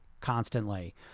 constantly